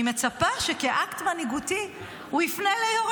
אני מצפה שכאקט מנהיגותי הוא יפנה ליו"ר